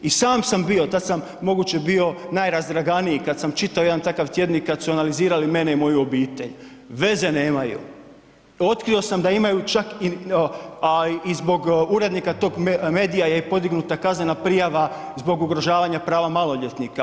I sam sam bio, tada sam moguće bio najrazdraganiji kada sam čitao jedan takav tjednik kada su analizirali mene i moju obitelj, veze nemaju otkrio sam da imaju čak i zbog urednika tog medija je podignuta kaznena prijava zbog ugrožavanja prava maloljetnika.